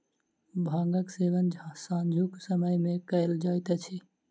भांगक सेवन सांझुक समय मे कयल जाइत अछि